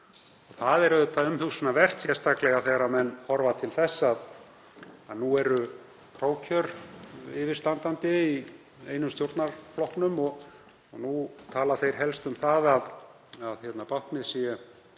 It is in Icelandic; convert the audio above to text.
Það er auðvitað umhugsunarvert, sérstaklega þegar menn horfa til þess að nú eru prófkjör yfirstandandi í einum stjórnarflokknum og nú tala þeir helst um að báknið sé